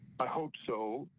i hope so.